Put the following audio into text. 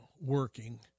working